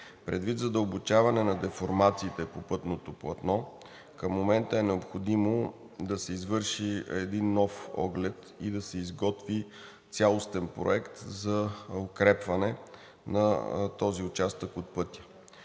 Предвид задълбочаването на деформациите по пътното платно към момента е необходимо да се извърши един нов оглед и да се изготви цялостен проект за укрепване на този участък от пътя.